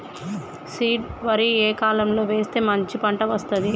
Seed వరి ఏ కాలం లో వేస్తే మంచి పంట వస్తది?